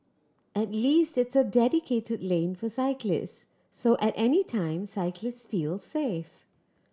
at least it's a dedicated lane for cyclists so at any time cyclists feel safe